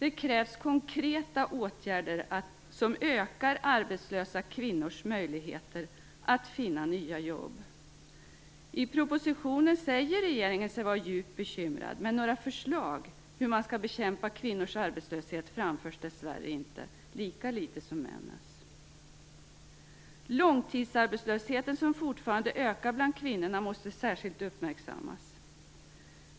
Det krävs konkreta åtgärder som ökar arbetslösa kvinnors möjligheter att finna nya jobb. I propositionen säger regeringen sig vara djupt bekymrad, men några förslag till hur man skall bekämpa kvinnors arbetslöshet framförs dessvärre inte, lika litet som mäns arbetslöshet. Långtidsarbetslösheten, som fortfarande ökar bland kvinnorna, måste särskilt uppmärksammas.